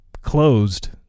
closed